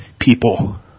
people